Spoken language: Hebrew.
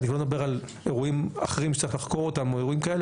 שיושבים כאן